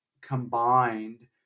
combined